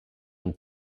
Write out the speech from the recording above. une